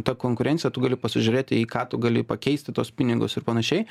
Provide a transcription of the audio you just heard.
ta konkurencija tu gali pasižiūrėti į ką tu gali pakeisti tuos pinigus ir panašiai